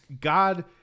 God